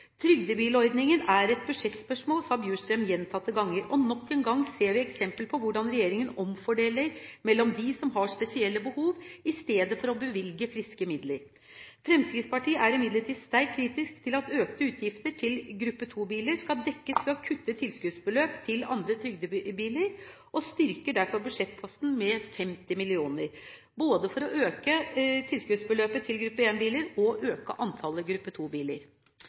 Trygdebilordningen er et budsjettspørsmål, sa tidligere statsråd Bjurstrøm gjentatte ganger, og nok en gang ser vi eksempler på hvordan regjeringen omfordeler mellom dem som har spesielle behov, i stedet for å bevilge friske midler. Fremskrittspartiet er imidlertid sterkt kritisk til at økte utgifter til gruppe 2-biler skal dekkes ved å kutte tilskuddsbeløp til andre trygdebiler, og styrker derfor budsjettposten med 50 mill. kr, både for å øke tilskuddsbeløpet til gruppe 1-biler og øke antallet gruppe